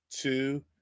two